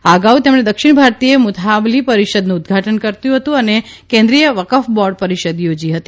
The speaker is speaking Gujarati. આ અગાઉ તેમણે દક્ષિણ ભારતીય મુથાવલી પરિષદનું ઉદઘાટન કર્યુ તથા કેન્દ્રીય વકફ બોર્ડ પરિષદ યોજી હતી